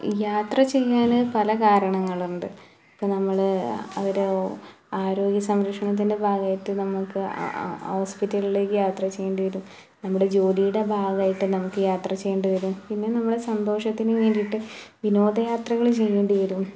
യാത്ര ചെയ്യാൻ പല കാരണങ്ങളുണ്ട് ഇപ്പം നമ്മൾ അവരോ ആരോഗ്യ സംരക്ഷണത്തിൻ്റെ ഭാഗമായിട്ട് നമ്മൾക്ക് ഹോസ്പിറ്റലിലേക്ക് യാത്ര ചെയ്യേണ്ടി വരും നമ്മുടെ ജോലിയുടെ ഭാഗമായിട്ട് നമുക്ക് യാത്ര ചെയ്യേണ്ടി വരും പിന്നെ നമ്മൾ സന്തോഷത്തിന് വേണ്ടിയിട്ട് വിനോദ യാത്രകൾ ചെയ്യേണ്ടി വരും